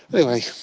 anyway.